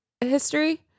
history